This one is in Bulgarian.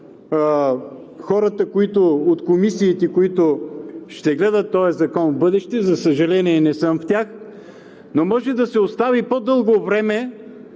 хората от комисиите, които ще гледат този закон в бъдеще, за съжаление, не съм в тях, но може да се остави по-дълго време